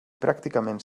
pràcticament